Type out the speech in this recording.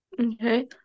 Okay